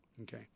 okay